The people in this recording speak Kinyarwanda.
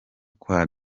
kwa